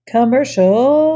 Commercial